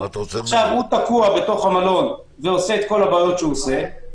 הוא תקוע בתוך המלון ועושה את כל הבעיות שהוא עושה,